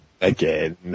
Again